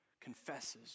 confesses